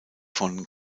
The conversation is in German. von